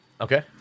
Okay